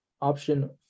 Option